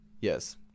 Yes